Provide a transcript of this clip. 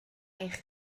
eich